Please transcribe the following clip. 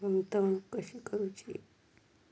गुंतवणूक कशी करूची?